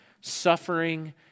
suffering